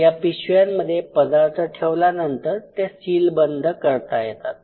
या पिशव्यांमध्ये पदार्थ ठेवल्यानंतर ते सीलबंद करता येतात